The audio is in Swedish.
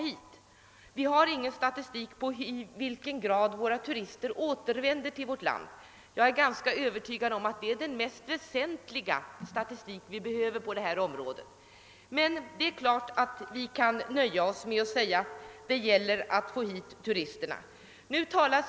Det finns ingen statistik över i vilken grad turister återvänder till vårt land; jag är övertygad om att det är den mest väsentliga statistik vi behöver på detta område. Men det är klart att vi kan nöja oss med att säga att det gäller att få hit turisterna.